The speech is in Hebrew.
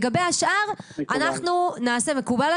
לגבי השאר, אנחנו נעשה..." מקובל.